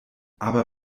aber